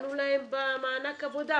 פגענו להן במענק העבודה,